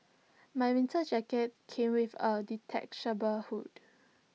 my winter jacket came with A detachable hood